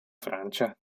francia